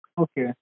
Okay